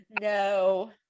No